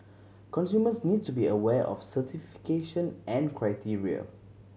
consumers need to be aware of certification and criteria